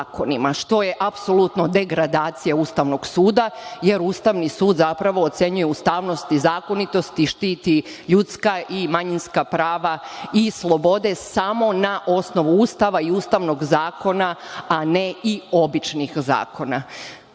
što je apsolutno degradacija Ustavnog suda, jer Ustavni sud zapravo ocenjuje ustavnost i zakonitost i štiti ljudska i manjinska prava i slobode samo na osnovu Ustava i ustavnog zakona, a ne i običnih zakona. Zatim,